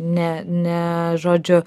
ne ne žodžiu